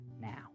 now